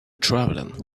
traveling